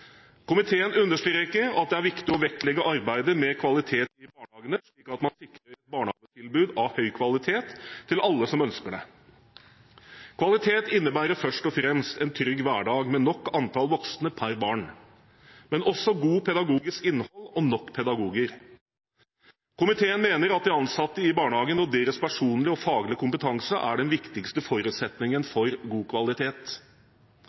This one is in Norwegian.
Komiteen understreker at det er viktig å vektlegge arbeidet med kvalitet i barnehagene slik at man sikrer et barnehagetilbud av høy kvalitet til alle som ønsker det. Kvalitet innebærer først og fremst en trygg hverdag med nok antall voksne per barn, men også et godt pedagogisk innhold og nok pedagoger. Komiteen mener at de ansatte i barnehagene og deres personlige og faglige kompetanse er den viktigste forutsetningen for god kvalitet.